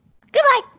Goodbye